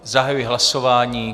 Zahajuji hlasování.